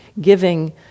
giving